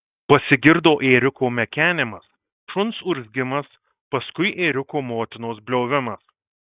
pasigirdo ėriuko mekenimas šuns urzgimas paskui ėriuko motinos bliovimas